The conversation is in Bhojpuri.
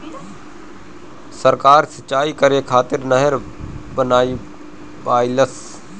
सरकार सिंचाई करे खातिर नहर बनवईलस